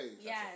Yes